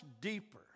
deeper